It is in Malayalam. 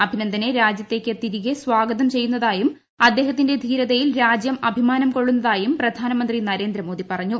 അഭിനന്ദനെ രാജ്യത്തേക്ക് തിരികെ സ്വാഗതം ചെയ്യുന്നതായും അദ്ദേഹത്തിന്റെ ധീരതയിൽ രാജ്യം അഭിമാനം കൊള്ളുന്നതായും പ്രധാനമന്ത്രി നരേന്ദ്രമോദി പറഞ്ഞു